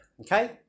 okay